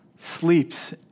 sleeps